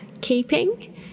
keeping